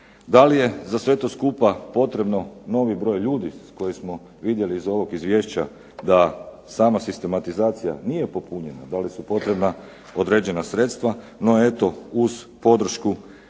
Da li je za to sve skupa potrebno novi broj ljudi koji smo vidjeli iz ovog Izvješća da sama sistematizacija nije popunjena. Da li su potrebna određena sredstva, no eto uz podršku